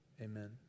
Amen